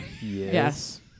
Yes